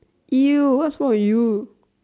!eww! what's wrong with you